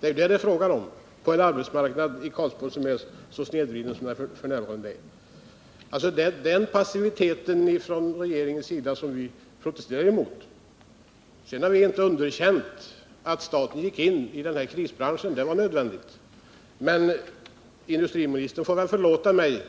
Det är just vad det är fråga om på arbetsmarknaden i Karlsborg, som är så snedvriden f. n. Det är passiviteten från regeringens sida som vi protesterar emot. Vi har inte underkänt att staten gick in i denna krisbransch, för det var nödvändigt, men industriministern får förlåta mig